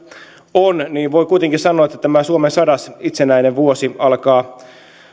on niin voi kuitenkin sanoa että tämä suomen sadas itsenäinen vuosi alkaa